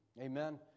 amen